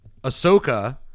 Ahsoka